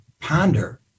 ponder